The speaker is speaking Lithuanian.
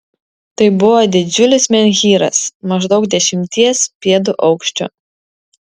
tai buvo didžiulis menhyras maždaug dešimties pėdų aukščio